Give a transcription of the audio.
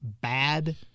bad